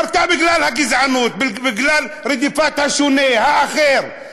קרתה בגלל הגזענות, בגלל רדיפת השונה, האחר.